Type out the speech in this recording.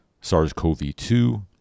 SARS-CoV-2